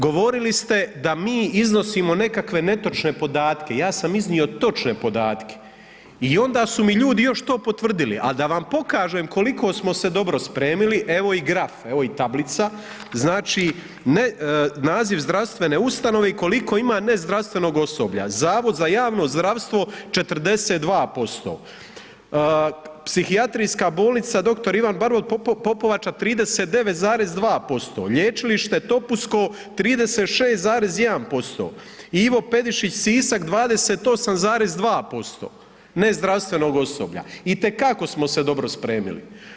Govorili ste da mi iznosimo nekakve netočne podatke, ja sam iznio točne podatke i onda su mi ljudi još to potvrdili, a da vam pokažem koliko smo se dobro spremili evo i graf, evo i tablica, znači naziv zdravstvene ustanove i koliko ima nezdravstvenog osoblja, Zavod za javno zdravstvo 42%, Psihijatrijska bolnica dr. Ivan Barbot Popovača 39,2%, Lječilište Topusko 36,1%, Ivo Pedišić Sisak 28,2% nezdravstvenog osoblja, itekako smo se dobro spremili.